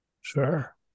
Sure